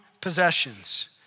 possessions